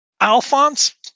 Alphonse